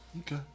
Okay